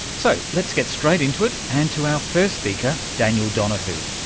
so let's get straight into it and to our first speaker, daniel donahoo,